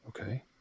Okay